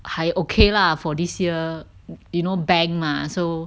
还 okay lah for this year you know bank mah so